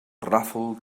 ràfol